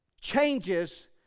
changes